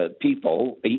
people